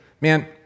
man